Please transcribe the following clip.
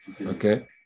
Okay